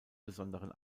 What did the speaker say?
besonderen